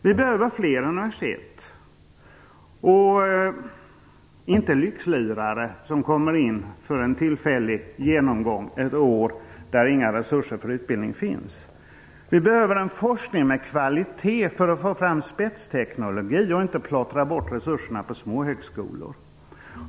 Vi behöver fler universitet, inte lyxlirare som kommer in för en tillfällig genomgång under ett år vid ett universitet där inga resurser för utbildning finns. Vi behöver en forskning med kvalitet för att få fram spetsteknologi och inte plottra bort resurserna på småhögskolor.